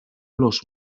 los